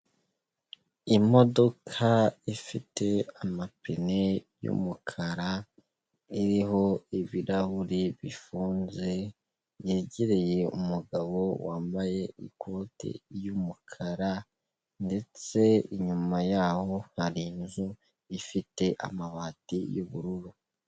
Imodoka ifite amapine y'umukara iriho ibirahuri bifunze yegereye umugabo wambaye ikotiyu ry'umukara ndetse inyuma yaho hari inzu ifite amabati y'ubururu.